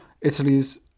Italy's